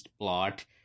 plot